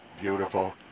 Beautiful